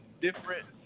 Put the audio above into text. different